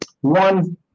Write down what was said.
one